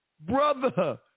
brother